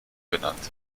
benannt